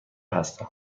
هستم